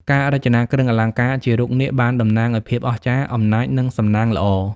ការរចនាគ្រឿងអលង្ការជារូបនាគបានតំណាងឱ្យភាពអស្ចារ្យ អំណាច និងសំណាងល្អ។